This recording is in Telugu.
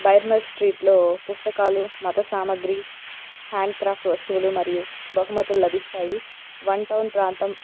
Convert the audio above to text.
బైర్మల్ స్ట్రీట్లో పుస్తకాలు మత సామాగ్రి హ్యాండ్క్రాఫ్ట్ వస్తువులు మరియు బహుమతులు లభిస్తాయి వన్ టౌన్ ప్రాంతం